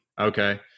Okay